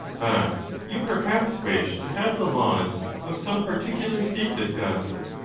but you perhaps wish to have the laws of some particular state discussed.